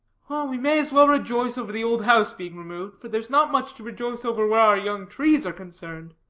we may as well rejoice over the old house being removed, for there's not much to rejoice over where our young trees are concerned.